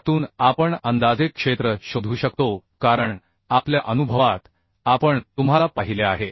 त्यातून आपण अंदाजे क्षेत्र शोधू शकतो कारण आपल्या अनुभवात आपण तुम्हाला पाहिले आहे